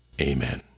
Amen